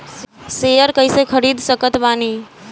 Share कइसे खरीद सकत बानी?